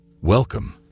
welcome